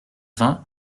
vingt